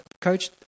Coach